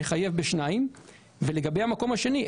על אפשרות שנחייב בשניים ולגבי המקום השני,